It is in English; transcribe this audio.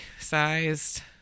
sized